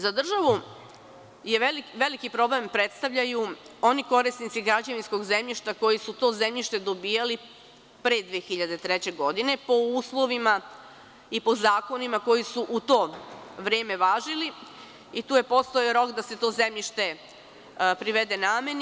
Za državu veliki problem predstavljaju oni korisnici građevinskog zemljišta koji su to zemljište dobijali pre 2003. godine, po uslovima i po zakonima koji su u to vreme važili i tu je postojao rok da se to zemljište privede nameni.